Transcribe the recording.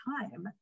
time